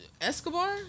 Escobar